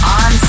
on